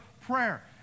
prayer